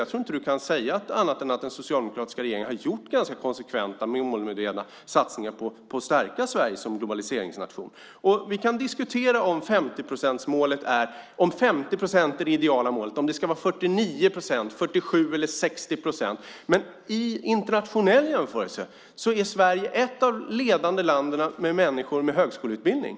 Jag tror inte att Lars Leijonborg kan säga annat än att den socialdemokratiska regeringen gjort ganska konsekventa och målmedvetna satsningar för att stärka Sverige som globaliseringsnation. Vi kan diskutera om 50 procent är det ideala målet, eller om det ska vara 49 procent, 47 procent eller 60 procent, men i en internationell jämförelse är Sverige ett av de ledande länderna vad gäller människor med högskoleutbildning.